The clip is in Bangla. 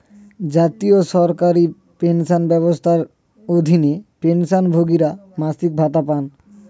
জাতীয় সরকারি পেনশন ব্যবস্থার অধীনে, পেনশনভোগীরা মাসিক ভাতা পান